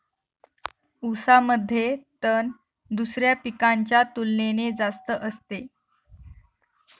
ऊसामध्ये तण दुसऱ्या पिकांच्या तुलनेने जास्त असते